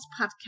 podcast